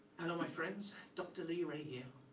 hello my friends, dr lee raye here.